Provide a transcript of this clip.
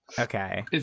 Okay